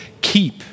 keep